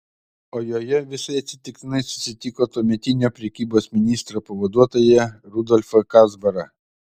o joje visai atsitiktinai susitiko tuometinio prekybos ministro pavaduotoją rudolfą kazbarą